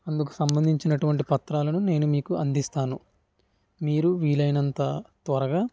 అందుకు సంబంధించినటువంటి పత్రాలను నేను మీకు అందిస్తాను మీరు వీలైనంత త్వరగా